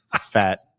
Fat